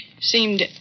Seemed